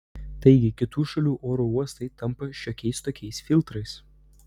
taigi kitų šalių oro uostai tampa šiokiais tokiais filtrais